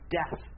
death